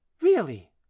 Really